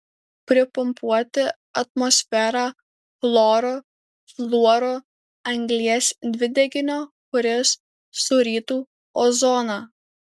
pripumpuoti atmosferą chloro fluoro anglies dvideginio kuris surytų ozoną